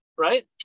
right